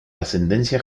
ascendencia